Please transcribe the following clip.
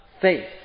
faith